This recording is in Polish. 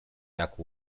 jak